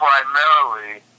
primarily